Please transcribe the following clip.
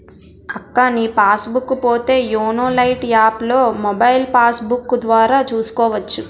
అక్కా నీ passbook పోతో యోనో లైట్ యాప్లో మొబైల్ పాస్బుక్కు ద్వారా చూసుకోవచ్చు